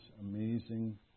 amazing